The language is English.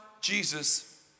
Jesus